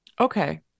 Okay